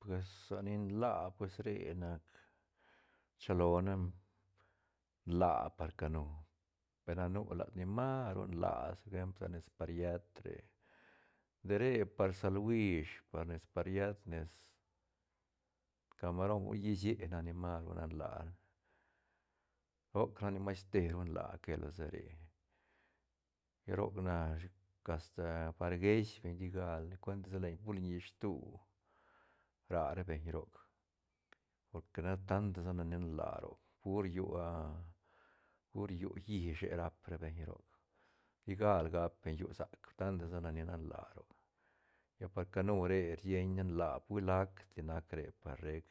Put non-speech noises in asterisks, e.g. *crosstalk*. Pues sa ni nlaa pues re nac chilone nlaa par canu pe na nu lat ni mas ru nlaa por ejempl sa nes pariet re de re par saluish par nes pariet nes camaron hui hisiet nac ni maru nan laa roc nac ni masteru nlaa que losa re roc narashi asta par geish beñ tigaldi cuentis sa len pur len yishtu ra- ra beñ roc porque ne tanta sa ni nan laa roc pur llu a *hesitation* pur llu llishe rap ra beñ roc tigal bap beñ llu sac tanta sa ni nan laa roc lla par canu re rsieñ ne nlaa hui lac ti nac re par rec